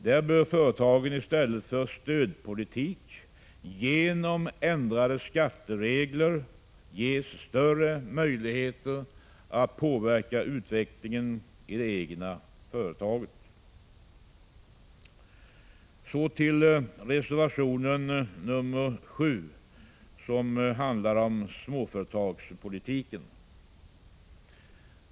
Där bör företagen, i stället för att staten bedriver en stödpolitik, genom ändrade skatteregler ges större möjligheter att påverka utvecklingen i det egna företaget. Så till reservation 7, som handlar om småföretagspolitiken.